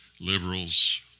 liberals